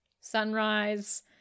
sunrise